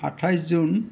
আঠাইছ জুন